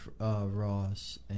Ross